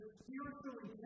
spiritually